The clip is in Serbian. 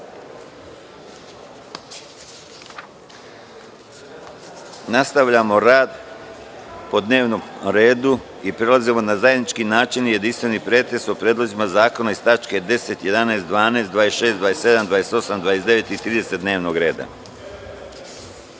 Srbije. Nastavljamo rad po dnevnom redu i prelazimo na zajednički načelni i jedinstveni pretres o predlozima zakona iz tačaka 10, 11, 12, 26, 27, 28, 29. i 30. dnevnog